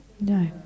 No